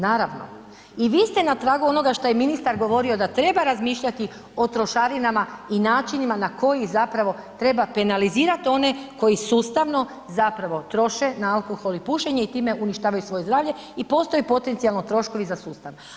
Naravno i vi ste na tragu onoga što je ministar govorio da treba razmišljati o trošarinama i načinima na koji treba penalizirati one koji sustavno troše na alkohol i pušenje i time uništavaju svoje zdravlje i postoje potencijalno troškovi za sustav.